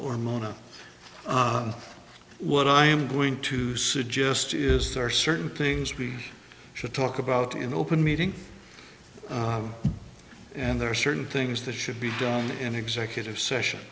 or mona what i am going to suggest is there are certain things we should talk about in open meeting and there are certain things that should be done in executive session